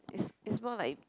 is is more like